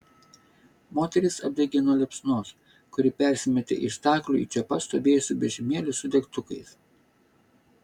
moterys apdegė nuo liepsnos kuri persimetė iš staklių į čia pat stovėjusį vežimėlį su degtukais